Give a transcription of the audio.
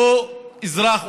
אותו אזרח,